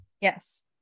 Yes